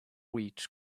wheat